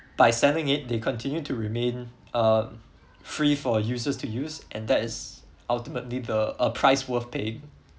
by selling it they continue to remain uh free for users to use and that is ultimately the a price worth paying